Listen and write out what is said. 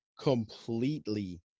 completely